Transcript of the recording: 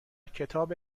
کتاب